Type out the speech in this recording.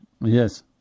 Yes